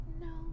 No